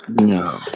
No